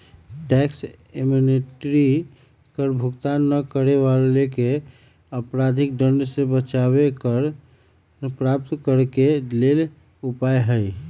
tax amnesty कर भुगतान न करे वलाके अपराधिक दंड से बचाबे कर प्राप्त करेके लेल उपाय हइ